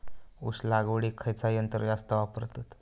ऊस लावडीक खयचा यंत्र जास्त वापरतत?